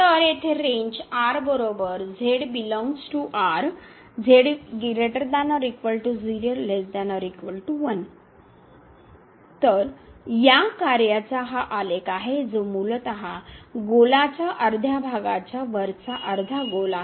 तर येथे range R तर या कार्याचा हा आलेख आहे जो मूळत गोलाच्या अर्ध्या भागाच्या वरचा अर्धा गोल आहे